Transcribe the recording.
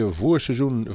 voorseizoen